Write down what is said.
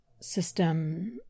system